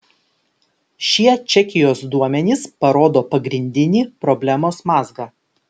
šie čekijos duomenys parodo pagrindinį problemos mazgą